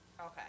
Okay